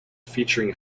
featuring